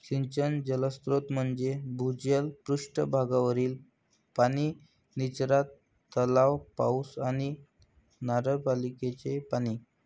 सिंचन जलस्रोत म्हणजे भूजल, पृष्ठ भागावरील पाणी, निचरा तलाव, पाऊस आणि नगरपालिकेचे पाणी